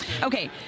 Okay